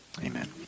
Amen